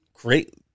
Great –